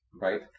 right